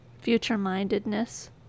future-mindedness